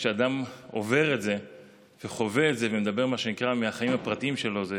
כשאדם עובר את זה וחווה את זה ומדבר מהחיים הפרטיים שלו זה,